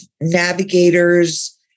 navigators